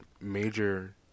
major